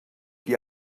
que